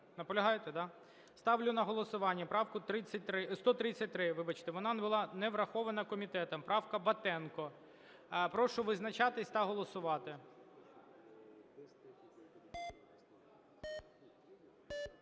Наполягаєте, да? Ставлю на голосування правку 33.. 133 , вибачте. Вона була не врахована комітетом, правка Батенко. Прошу визначатися та голосувати.